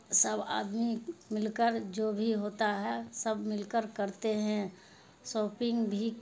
سب آدمی مل کر جو بھی ہوتا ہے سب مل کر کرتے ہیں ساپنگ بھی